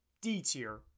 D-tier